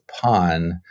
pawn